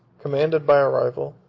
commanded by a rival,